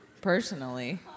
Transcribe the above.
Personally